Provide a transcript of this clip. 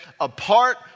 apart